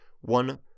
one